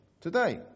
today